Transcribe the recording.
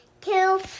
two